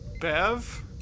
Bev